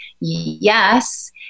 Yes